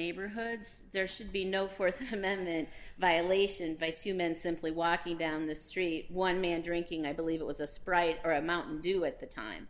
neighborhoods there should be no th amendment violation by two men simply walking down the street one man drinking i believe it was a sprite or a mountain dew at the time